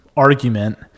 argument